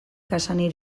cassany